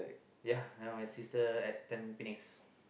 yeah and my sister at Tampines